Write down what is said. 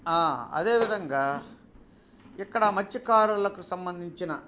అదేవిధంగా ఇక్కడ మత్స్యకారులకు సంబంధించిన